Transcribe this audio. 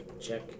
check